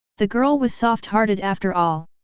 the girl was soft-hearted after all.